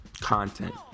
content